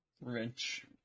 Wrench